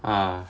ah